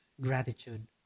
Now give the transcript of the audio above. gratitude